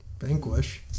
Vanquish